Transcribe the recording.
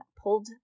pulled